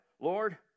Lord